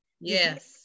Yes